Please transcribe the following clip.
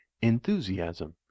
enthusiasm